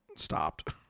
stopped